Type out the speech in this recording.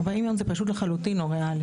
40 יום זה פשוט לא ריאלי לחלוטין.